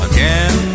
Again